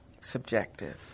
subjective